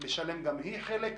לשלם גם היא חלק מהעלויות.